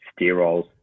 sterols